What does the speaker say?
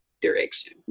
direction